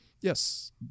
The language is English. Yes